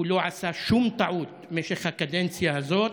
הוא לא עשה שום טעות במשך הקדנציה הזאת.